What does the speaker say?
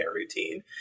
routine